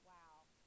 Wow